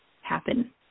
happen